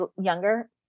younger